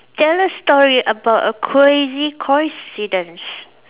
tell a story about a crazy coincidence